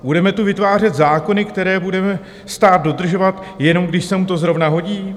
Budeme tu vytvářet zákony, které bude stát dodržovat, jenom když se mu to zrovna hodí?